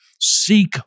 Seek